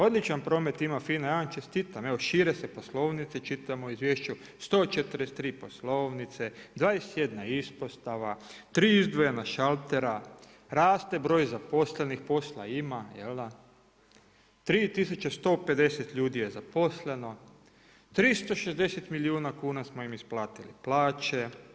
Odličan promet ima FINA ja vam čestitam, evo šire se poslovnice čitamo u izvješću 143 poslovnice, 21 ispostava, 3 izdvojena šaltera, raste broj zaposlenih, posla ima jel da, 3150 ljudi je zaposleno, 360 milijuna kuna smo im isplatili plaće.